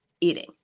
eating